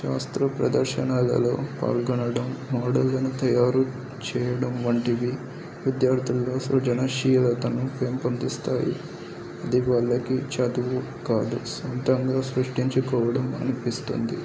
శాస్త్ర ప్రదర్శనాలలో పాల్గొనడం మోడళ్ళను తయారు చేయడం వంటివి విద్యార్థుల్లో సృజనశీలతను పెంపొందిస్తాయి అది వాళ్ళకి చదువు కాదు సొంతంగా సృష్టించుకోవడం అనిపిస్తుంది